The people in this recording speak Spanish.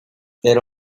era